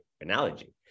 analogy